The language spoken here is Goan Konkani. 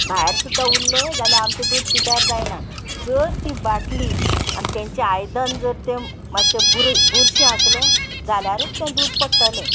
भायर सुद्दां उरलें जाल्यार आमचें दूद पिड्ड्यार जायना जर ती बाटली आनी तेंचें आयदन जर तें मातशें बूर बुरशें आसलें जाल्यारूच तें दूद पडटलें